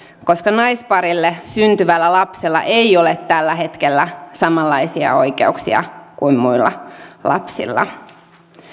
koska naisparille syntyvällä lapsella ei ole tällä hetkellä samanlaisia oikeuksia kuin muilla lapsilla